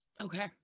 okay